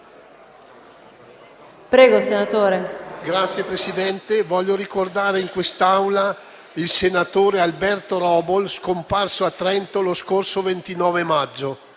Signor Presidente, voglio ricordare in quest'Aula il senatore Alberto Robol, scomparso a Trento lo scorso 29 maggio.